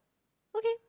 okay